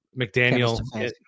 McDaniel